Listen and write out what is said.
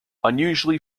unusually